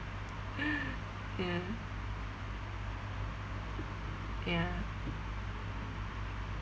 ya ya